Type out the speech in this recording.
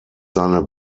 seine